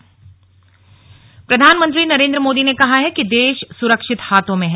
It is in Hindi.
स्लग पीएम चुरू प्रधानमंत्री नरेन्द्र मोदी ने कहा है कि देश सुरक्षित हाथों में है